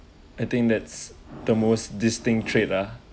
I think that's the most distinct trade ah